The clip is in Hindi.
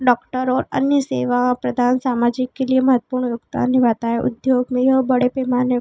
डॉक्टर और अन्य सेवा प्रदान सामाजिक के लिए महत्वपूण योगदान निभाता है उद्योग में यह बड़े पैमाने